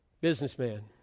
Businessman